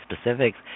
specifics